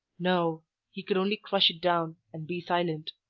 no he could only crush it down and be silent.